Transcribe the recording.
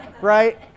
right